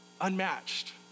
unmatched